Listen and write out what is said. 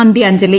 അന്ത്യാഞ്ജലി